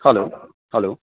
hello hello